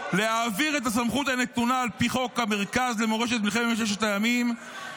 להעביר את הסמכות הנתונה על פי חוק המרכז למורשת מלחמת ששת הימים,